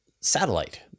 satellite